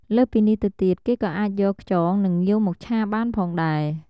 លើសពីនេះទៅទៀតគេក៏អាចយក ខ្យង និងងាវ មកឆាបានផងដែរ។